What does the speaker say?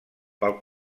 pel